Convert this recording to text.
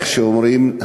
איך שאומרים,